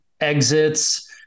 exits